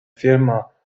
firma